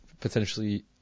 potentially